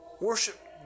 Worship